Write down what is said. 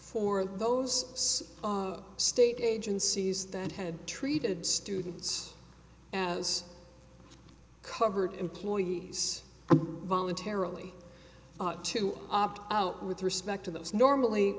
for those state agencies that had treated students as covered employees voluntarily to opt out with respect to those normally